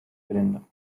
gelände